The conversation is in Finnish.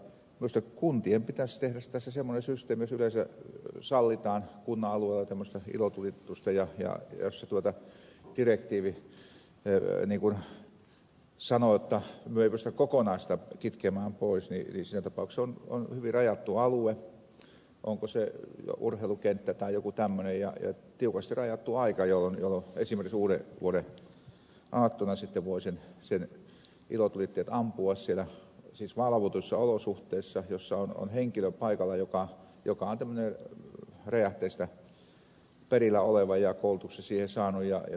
minusta kuntien pitäisi tehdä tässä semmoinen systeemi jos yleensä sallitaan kunnan alueella tämmöistä ilotulitusta ja jos direktiivi sanoo jotta me emme pysty kokonaan sitä kitkemään pois että siinä tapauksessa on hyvin rajattu alue onko se urheilukenttä tai joku tämmöinen ja tiukasti rajattu aika jolloin esimerkiksi uudenvuodenaattona sitten voi ne ilotulitteet ampua siellä valvotuissa olosuhteissa joissa on henkilö paikalla joka on tämmöinen räjähteistä perillä oleva ja koulutuksen siihen saanut